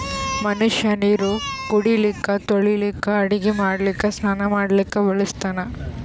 ಮನಷ್ಯಾ ನೀರು ಕುಡಿಲಿಕ್ಕ ತೊಳಿಲಿಕ್ಕ ಅಡಗಿ ಮಾಡ್ಲಕ್ಕ ಸ್ನಾನಾ ಮಾಡ್ಲಕ್ಕ ಬಳಸ್ತಾನ್